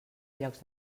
llocs